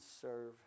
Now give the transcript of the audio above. serve